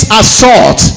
assault